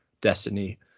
destiny